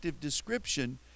description